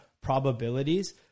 probabilities